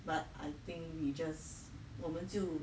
but I think we just 我们就